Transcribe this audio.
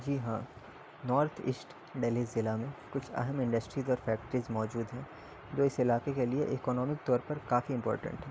جی ہاں north east Delhi ضلع میں کچھ اہم انڈسٹریز اور فیکٹریز موجود ہیں جو اس علاقے کے لیے اکنامک طور پر کافی امپورٹینٹ ہیں